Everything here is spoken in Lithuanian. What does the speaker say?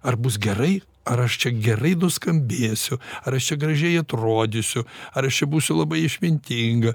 ar bus gerai ar aš čia gerai nuskambėsiu ar aš čia gražiai atrodysiu ar aš čia būsiu labai išmintinga